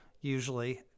Usually